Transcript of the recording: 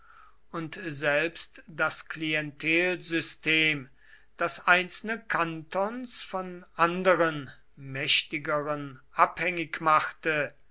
und selbst das klientelsystem das einzelne kantons von anderen mächtigeren abhängig machte